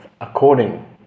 according